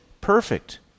perfect